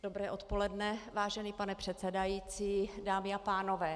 Dobré odpoledne, vážený pane předsedající, dámy a pánové.